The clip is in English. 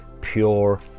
pure